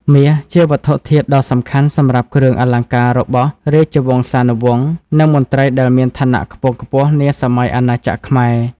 មាស ជាវត្ថុធាតុដ៏សំខាន់សម្រាប់គ្រឿងអលង្ការរបស់រាជវង្សានុវង្ស និងមន្ត្រីដែលមានឋានៈខ្ពង់ខ្ពស់នាសម័យអាណាចក្រខ្មែរ។